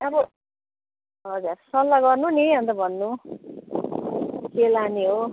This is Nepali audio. अब हजुर सल्लाह गर्नु नि अन्त भन्नु के लाने हो